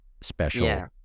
special